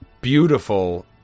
beautiful